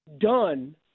done